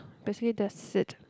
basically that's it